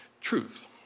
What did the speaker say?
truth